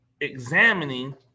examining